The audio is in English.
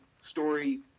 story